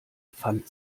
pfand